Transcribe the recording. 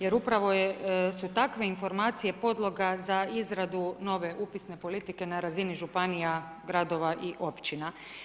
Jer upravo su takve informacije podloga za izradu nove upisne politike na razini županija, gradova i općina.